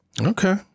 Okay